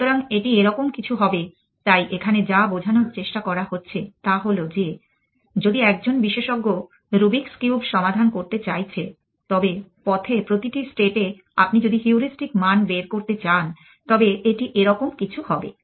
সুতরাং এটি এরকম কিছু হবে তাই এখানে যা বোঝানোর চেষ্টা করা হচ্ছে তা হল যে যদি একজন বিশেষজ্ঞ রুব্রিক্স কিউব সমাধান করতে চাইছে তবে পথে প্রতিটি স্টেট এ আপনি যদি হিউরিস্টিক মান বের করতে চান তবে এটি এরকম কিছু হবে